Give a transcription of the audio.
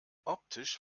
optisch